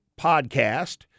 podcast